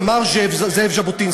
אמר זאב ז'בוטינסקי,